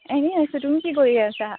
এনেই আছো তুমি কি কৰি আছা